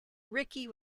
ricky